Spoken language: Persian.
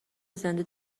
زنده